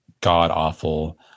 god-awful